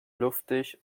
luftig